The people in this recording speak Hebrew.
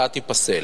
ההצעה תיפסל.